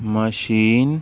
machine